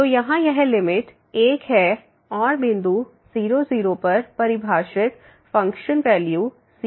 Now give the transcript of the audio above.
तो यहां यह लिमिट 1 है और बिंदु 0 0 पर परिभाषित फंक्शन वैल्यू 0 के रूप में दिया गया है